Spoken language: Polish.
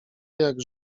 jak